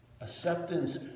Acceptance